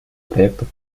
проектов